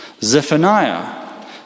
Zephaniah